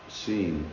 seen